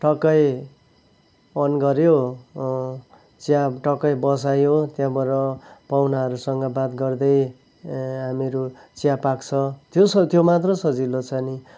टक्कै अन गर्यो चिया टक्कै बसायो त्यहाँबाट पाहुनाहरूसँग बात गर्दै हामीहरू चिया पाक्छ त्यो स त्यो मात्र सजिलो छ नि